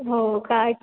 हो काय